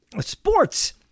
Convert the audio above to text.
Sports